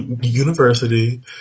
university